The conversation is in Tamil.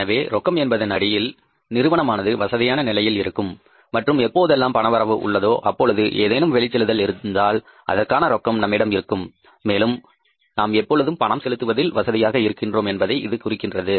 எனவே ரொக்கம் என்பதன் அடிப்படையில் நிறுவனமானது வசதியான நிலையில் இருக்கும் மற்றும் எப்போதெல்லாம் பணவரவு உள்ளதோ அப்பொழுது ஏதேனும் வெளிச்செல்லும் இருந்தால் அதற்கான ரொக்கம் நம்மிடம் இருக்கும் மேலும் நாம் எப்போதும் பணம் செலுத்துவதில் வசதியாக இருக்கிறோம் என்பதை இது குறிக்கின்றது